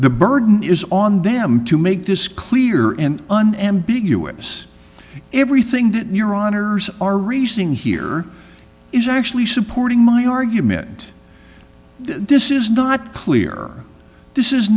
the burden is on them to make this clear and unambiguous everything that your honour's are receiving here is actually supporting my argument this is not clear this is